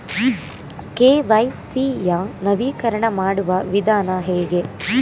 KYC ಯ ನವೀಕರಣ ಮಾಡುವ ವಿಧಾನ ಹೇಗೆ?